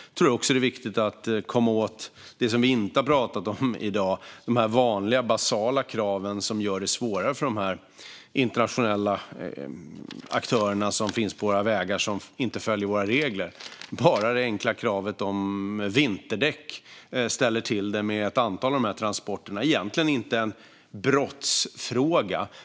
Jag tror också att det är viktigt att komma åt det som vi inte har pratat om i dag, alltså de vanliga och basala kraven som gör det svårare för dessa internationella aktörer som finns på våra vägar och som inte följer våra regler. Bara det enkla kravet på vinterdäck ställer till det för ett antal av dessa transporter. Det är egentligen inte en brottsfråga.